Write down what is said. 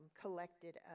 collected